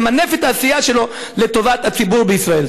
למנף את העשייה שלו לטובת הציבור בישראל.